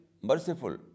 merciful